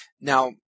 Now